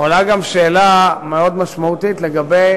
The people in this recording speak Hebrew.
עולה גם שאלה מאוד משמעותית לגבי